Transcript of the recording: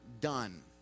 done